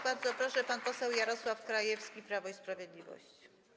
Bardzo proszę, pan poseł Jarosław Krajewski, Prawo i Sprawiedliwość.